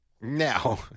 Now